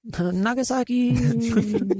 Nagasaki